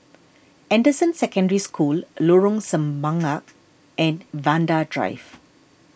Anderson Secondary School Lorong Semangka and Vanda Drive